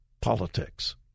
politics